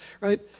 Right